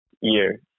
year